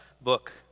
book